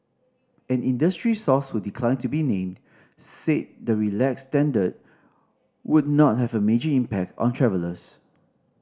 an industry source who declined to be named said the relaxed standard would not have a major impact on travellers